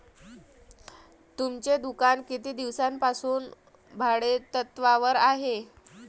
तुमचे दुकान किती दिवसांपासून भाडेतत्त्वावर आहे?